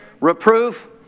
reproof